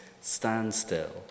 standstill